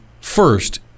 first